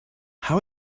how